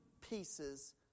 pieces